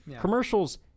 Commercials